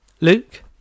Luke